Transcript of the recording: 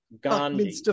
Gandhi